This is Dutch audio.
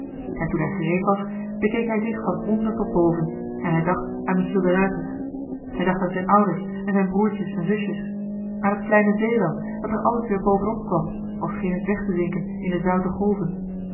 en toen hij gereed was bekeek hij joh h been paddeltje de scheepsjongen van michiel de ruijter zich van onder tot boven en hij dacht aan michiel de ruijter hij dacht aan zijn ouders en zijn broertjes en zusjes aan het kleine zeeland dat er altijd weer boven op kwam al scheen het weg te zinken in de zoute golven